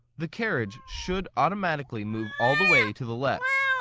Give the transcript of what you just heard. the carriage should automatically move all the way to the left.